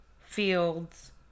fields